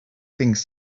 things